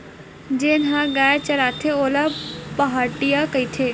जेन ह गाय चराथे ओला पहाटिया कहिथे